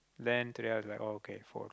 then today I was like oh okay four o-clock